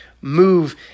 move